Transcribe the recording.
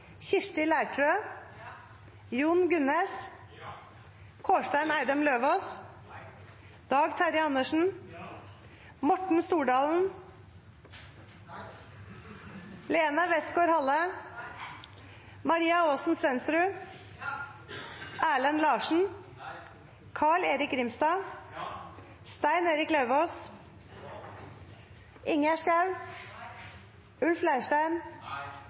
Kirsti Leirtrø, Jon Gunnes, Dag Terje Andersen, Maria Aasen-Svensrud, Carl-Erik Grimstad, Stein Erik Lauvås,